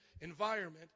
environment